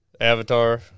avatar